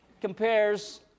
compares